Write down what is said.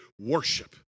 worship